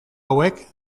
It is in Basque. hauek